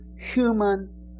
human